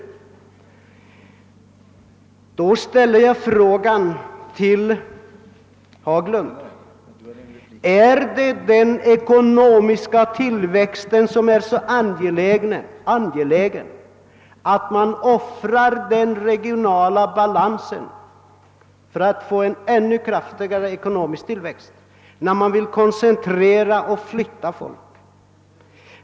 Jag ställer åter min fråga till herr Haglund: Är den ekonomiska tillväxten så angelägen att man vill flytta fler människor och koncentrera befolkningen för att åstadkomma en ännu kraftigare ekonomisk tillväxt, även om man därigenom offrar den regionala balansen?